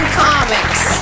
comics